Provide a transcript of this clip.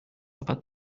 aber